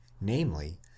namely